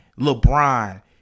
LeBron